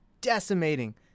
decimating